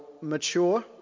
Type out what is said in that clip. mature